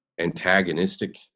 antagonistic